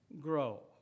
grow